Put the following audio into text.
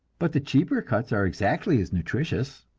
but the cheaper cuts are exactly as nutritious.